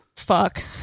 Fuck